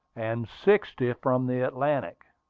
and sixty from the atlantic.